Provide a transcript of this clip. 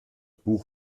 buch